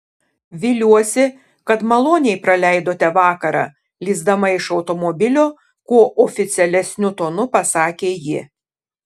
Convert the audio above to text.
viliuosi kad maloniai praleidote vakarą lįsdama iš automobilio kuo oficialesniu tonu pasakė ji